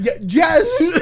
Yes